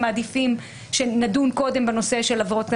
מעדיפים שנדון קודם בנושא של עבירות...